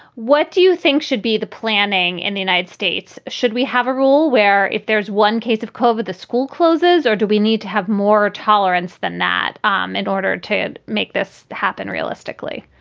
what do you think should be the planning in the united states? should we have a rule where if there's one case of cover, the school closes, or do we need to have more tolerance than that um in order to make this happen realistically?